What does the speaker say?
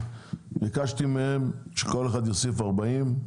ביקשתי מהם שכל אחד יוסיף 40 מיליון,